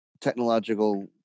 technological